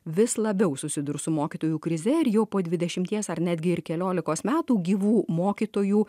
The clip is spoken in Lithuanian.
vis labiau susidurs su mokytojų krize ir jau po dvidešimties ar netgi ir keliolikos metų gyvų mokytojų